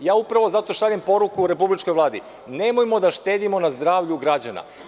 Upravo zato šaljem poruku republičkoj vladi, nemojmo da štedimo na zdravlju građana.